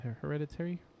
Hereditary